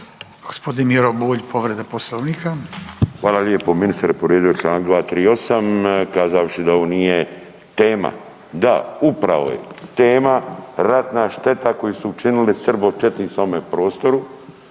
Gospodin Miro Bulj, povreda Poslovnika. **Bulj, Miro (MOST)** Hvala lijepo. Ministar je povrijedio članak 238. kazavši da ovo nije tema. Da, upravo je tema ratna šteta koju su učinili srbo-četnici ovome prostoru